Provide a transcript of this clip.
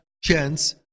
chance